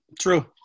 True